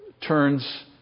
turns